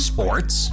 Sports